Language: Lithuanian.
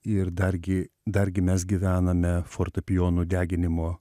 ir dargi dargi mes gyvename fortepijonų deginimo